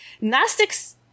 Gnostics